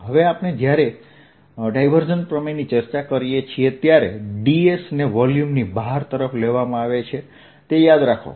હવે જ્યારે આપણે ડાયવર્જન્સ પ્રમેયની ચર્ચા કરીએ છીએ ત્યારે ds ને વોલ્યુમની બહાર તરફ લેવામાં આવે છે તે યાદ રાખો